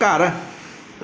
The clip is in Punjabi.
ਘਰ